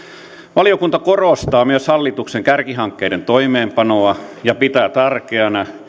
valiokunta korostaa myös hallituksen kärkihankkeiden toimeenpanoa ja pitää tärkeänä